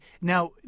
Now